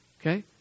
Okay